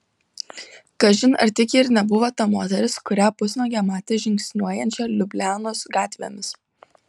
kažin ar tik ji ir nebuvo ta moteris kurią pusnuogę matė žingsniuojančią liublianos gatvėmis